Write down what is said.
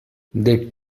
they